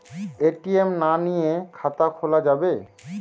ATM না নিয়ে খাতা খোলা যাবে?